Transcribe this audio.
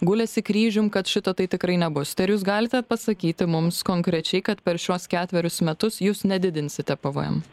gulėsi kryžium kad šito tai tikrai nebus tai ar jūs galite pasakyti mums konkrečiai kad per šiuos ketverius metus jūs nedidinsite pvm